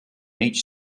each